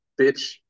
Bitch